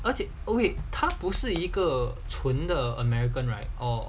而且 wait 他不是一个纯的 american right or